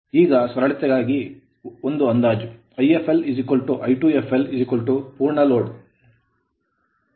ಈಗ ಸರಳತೆಗಾಗಿ ಅಥವಾ ಒರಟು ಅಂದಾಜು Ifl I2flಪೂರ್ಣ load ಹೊರೆ